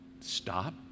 Stop